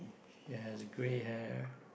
she has grey hair